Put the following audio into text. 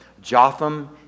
Jotham